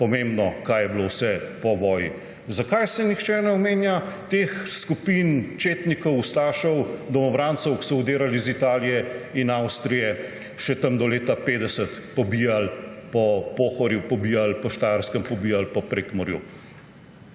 pomembno, kaj je bilo vse po vojni? Zakaj nihče ne omenja teh skupin, četnikov, ustašev, domobrancev, ki so vdirali iz Italije in Avstrije, še tam do leta 1950 pobijali po Pohorju, pobijali po Štajerskem, pobijali po Prekmurju?